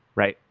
right?